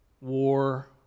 war